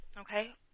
Okay